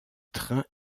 trains